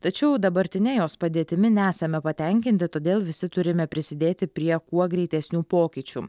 tačiau dabartine jos padėtimi nesame patenkinti todėl visi turime prisidėti prie kuo greitesnių pokyčių